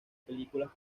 películas